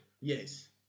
Yes